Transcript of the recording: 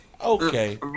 Okay